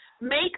Make